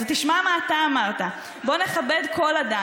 אז תשמע מה אתה אמרת: "בואו נכבד כל אדם,